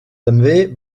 també